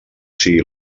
sigui